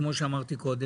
כמו שאמרתי קודם,